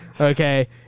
Okay